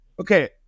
Okay